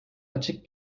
açık